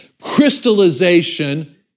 crystallization